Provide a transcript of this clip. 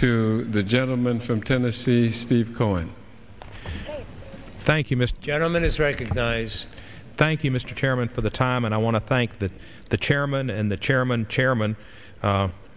to the gentleman from tennessee steve cohen thank you mr gentleman is recognized thank you mr chairman for the time and i want to thank that the chairman and the chairman chairman